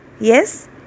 Yes